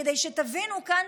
כדי שתבינו כאן,